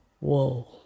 Whoa